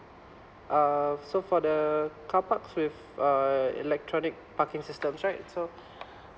uh so for the car park with uh electronic parking systems right so